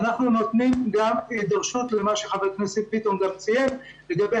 אנחנו נותנים גם דרישות למה שחבר הכנסת ביטון ציין לגבי